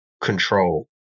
control